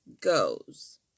goes